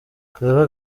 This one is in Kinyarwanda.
claver